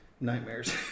nightmares